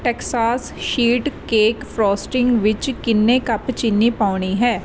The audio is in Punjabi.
ਟੈਕਸਾਸ ਸ਼ੀਟ ਕੇਕ ਫ੍ਰੋਸਟਿੰਗ ਵਿੱਚ ਕਿੰਨੇ ਕੱਪ ਚੀਨੀ ਪਾਉਣੀ ਹੈ